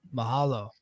Mahalo